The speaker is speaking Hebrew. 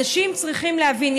אנשים צריכים להבין,